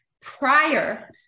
prior